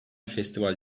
festival